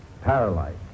paralyzed